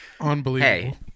Unbelievable